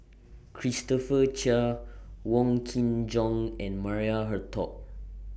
Christopher Chia Wong Kin Jong and Maria Hertogh